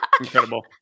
Incredible